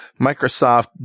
Microsoft